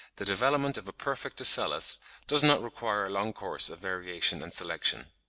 the development of a perfect ocellus does not require a long course of variation and selection.